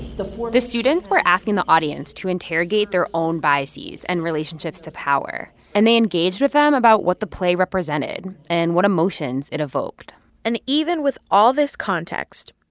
the. the students were asking the audience to interrogate their own biases and relationships to power. and they engaged with them about what the play represented and what emotions it evoked and even with all this context,